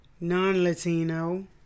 non-Latino